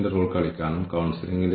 variable compensation എത്രയാണ്